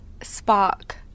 spark